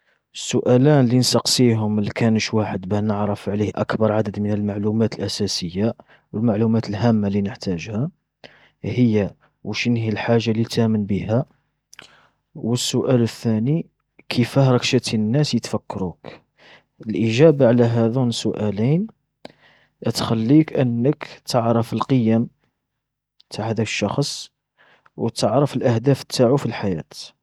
السؤالان اللي نسقسيهم لكانش واحد باه نعرف عليه أكبر عدد من المعلومات الأساسية، و المعلومات الهامة التي نحتاجها. هي وشنهي الحاجة التي تامن بها؟ والسؤال الثاني كيفاه راه شاتي الناس يتفكروك؟ الإجابة على هاذون السؤالين، تخليك انك تعرف القيم تع هذا الشخص، و تعرف الأهداف تاعو في الحياة.